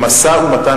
שמשא-ומתן,